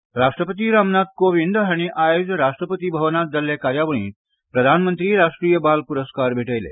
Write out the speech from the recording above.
बाल पुरस्कार राष्ट्रपती रामनाथ कोविंद हाणी आयज राष्ट्रपती भवनांत जाल्ले कार्यावळींत प्रधानमंत्री राष्ट्रीय बाल पुरस्कार भेटयले